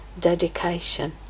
dedication